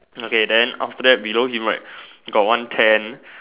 okay then after that below him right got one tent